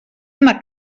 una